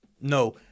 No